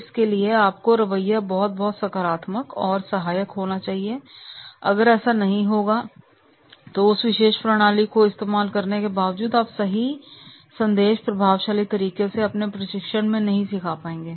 इसके लिए आपका रवैया बहुत बहुत सकारात्मक और सहायक होना चाहिए अगर ऐसा नहीं होगा तो उस विशेष प्रणाली को इस्तेमाल करने के बावजूद आप सही संदेश प्रभावशाली तरीके से अपने प्रशिक्षण में नहीं सीखा पाएंगे